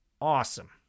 awesome